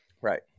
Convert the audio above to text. right